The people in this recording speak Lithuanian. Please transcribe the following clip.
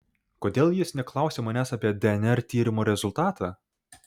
kodėl jis neklausia manęs apie dnr tyrimo rezultatą